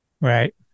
Right